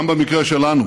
גם במקרה שלנו